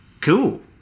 Cool